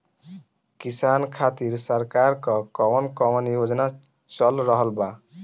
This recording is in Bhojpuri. किसान खातिर सरकार क कवन कवन योजना चल रहल बा?